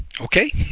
okay